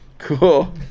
Cool